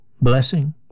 Blessing